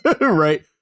right